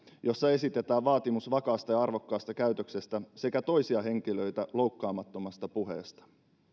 jossa esitetään vaatimus vakaasta ja arvokkaasta käytöksestä sekä toisia henkilöitä loukkaamattomasta puheesta